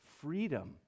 freedom